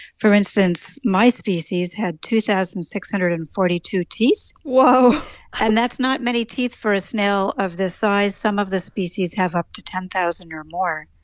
for instance, my species had two thousand six hundred and forty two teeth whoa and that's not many teeth for a snail of this size. some of the species have up to ten thousand or more.